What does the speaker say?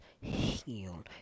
heal